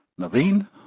Naveen